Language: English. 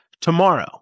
tomorrow